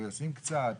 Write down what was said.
הוא ישים קצת,